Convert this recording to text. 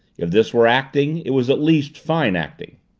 if this were acting, it was at least fine acting.